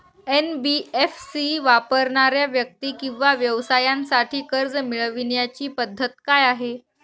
NBFC वापरणाऱ्या व्यक्ती किंवा व्यवसायांसाठी कर्ज मिळविण्याची पद्धत काय आहे?